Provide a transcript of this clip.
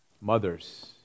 mothers